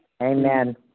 Amen